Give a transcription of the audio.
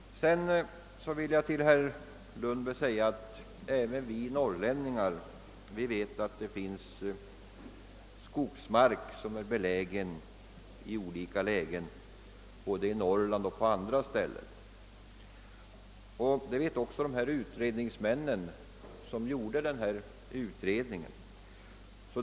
Sedan vill jag säga till herr Lundberg, att även vi norrlänningar vet att skogsmarken har olika lägen både i Norrland och på andra håll. Det vet också utredningsmännen som gjorde utredningen.